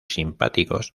simpáticos